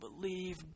believe